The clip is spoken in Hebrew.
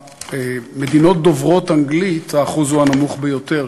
במדינות דוברות אנגלית האחוז הוא הנמוך ביותר,